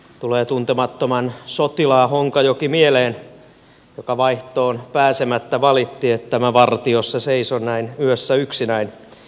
tulee mieleen tuntemattoman sotilaan honkajoki joka vaihtoon pääsemättä valitti että mä vartiossa seison näin yössä yksinäin